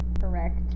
Correct